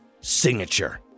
signature